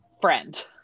friend